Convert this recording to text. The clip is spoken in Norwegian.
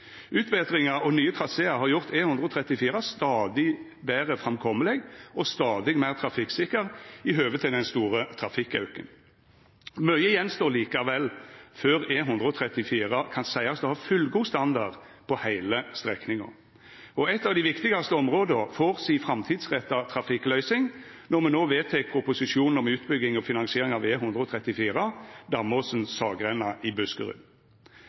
Utbetringar og nye traséar har gjort E134 stadig betre framkomeleg og stadig meir trafikksikker i høve til den store trafikkauken. Mykje står likevel igjen før E134 kan seiast å ha fullgod standard på heile strekninga, og eit av dei viktigaste områda får si framtidsretta trafikkløysing når me no vedtek proposisjonen om utbygging og finansiering av E134 Damåsen–Saggrenda i Buskerud.